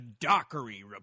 Dockery